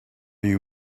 you